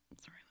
sorry